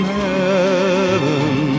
heaven